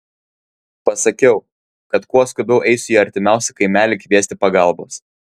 pasakiau kad kuo skubiau eisiu į artimiausią kaimelį kviesti pagalbos